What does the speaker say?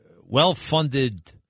well-funded